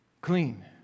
clean